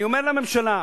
אני אומר לממשלה: